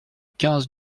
quinze